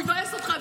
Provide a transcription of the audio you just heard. אבאס אותך.